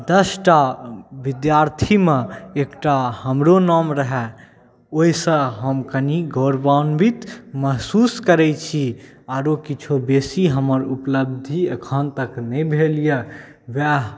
दसटा विद्यार्थीमे एकटा हमरो नाम रहै ओहिसँ हम कनि गौरवान्वित महसूस करै छी आओर किछु बेसी हमर उपलब्धि एखन तक नहि भेल अइ वएह